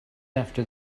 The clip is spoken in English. after